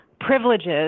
privileges